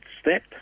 step